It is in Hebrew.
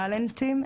טאלנטים,